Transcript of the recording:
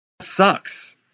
sucks